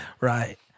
Right